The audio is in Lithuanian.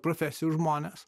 profesijų žmonės